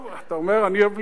טוב, אתה אומר: אני אבליג.